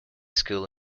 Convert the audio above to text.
school